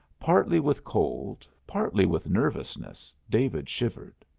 partly with cold, partly with nervousness, david shivered.